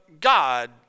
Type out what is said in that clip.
God